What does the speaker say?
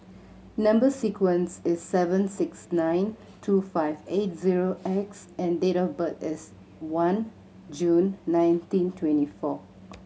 number sequence is S seven six nine two five eight zero X and date of birth is one June nineteen twenty four